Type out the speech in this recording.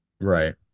Right